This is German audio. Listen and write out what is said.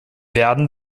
werden